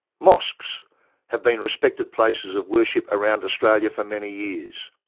mosques have been respected places of worship around australia for many years.